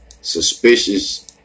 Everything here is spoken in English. suspicious